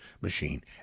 machine